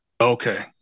Okay